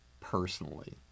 personally